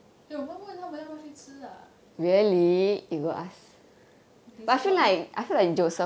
then 我们问他们要不要去吃 lah you support meh